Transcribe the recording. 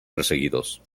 perseguidos